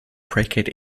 cricket